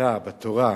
שהיתה בתורה,